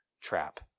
trap